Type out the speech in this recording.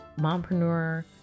mompreneur